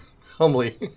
Humbly